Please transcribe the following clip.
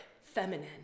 feminine